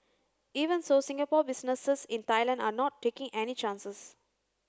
even so Singapore businesses in Thailand are not taking any chances